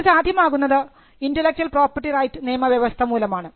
ഇത് സാധ്യമാകുന്നത് intellectual property right നിയമവ്യവസ്ഥ മൂലമാണ്